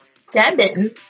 Seven